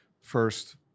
first